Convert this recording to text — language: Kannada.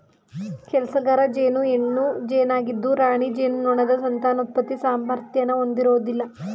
ಕೆಲ್ಸಗಾರ ಜೇನು ಹೆಣ್ಣು ಜೇನಾಗಿದ್ದು ರಾಣಿ ಜೇನುನೊಣದ ಸಂತಾನೋತ್ಪತ್ತಿ ಸಾಮರ್ಥ್ಯನ ಹೊಂದಿರೋದಿಲ್ಲ